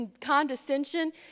condescension